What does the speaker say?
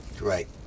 Right